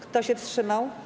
Kto się wstrzymał?